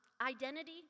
identity